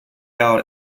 out